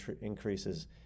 increases